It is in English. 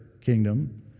kingdom